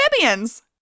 amphibians